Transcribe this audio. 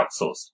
outsourced